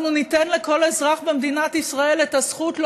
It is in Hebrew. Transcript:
אנחנו ניתן לכל אזרח במדינת ישראל את הזכות לא